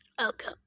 Okay